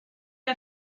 que